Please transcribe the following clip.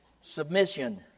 Submission